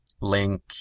Link